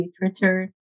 literature